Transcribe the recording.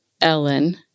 Ellen